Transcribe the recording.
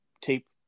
tape